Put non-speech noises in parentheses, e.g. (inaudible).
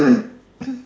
(coughs)